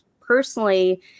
personally